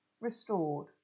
restored